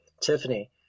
Tiffany